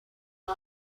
von